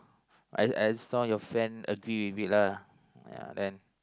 I I saw your friend agree with it lah ya then